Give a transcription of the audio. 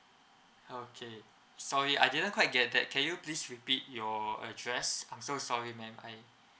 okay sorry I didn't quite get that can you please repeat your address I'm so sorry ma'am I